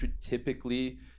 typically